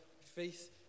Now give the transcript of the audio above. faith